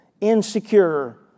insecure